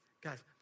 Guys